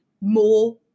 more